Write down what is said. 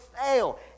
fail